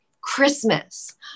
Christmas